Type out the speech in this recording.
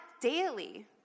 daily